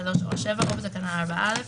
(3) או (7) או בתקנה 4א,